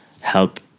help